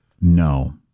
No